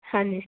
ਹਾਂਜੀ